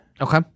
okay